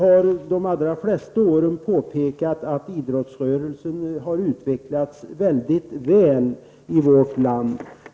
Under de allra flesta åren har jag påpekat att idrottsrörelsen har utvecklats mycket väl i vårt land.